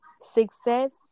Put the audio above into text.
success